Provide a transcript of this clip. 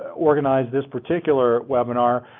organized this particular webinar,